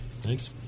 Thanks